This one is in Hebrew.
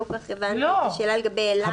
לא כל כך הבנתי את השאלה לגבי אילת.